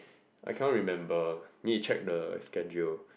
I cannot remember need to check the schedule